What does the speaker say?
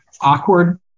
awkward